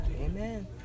Amen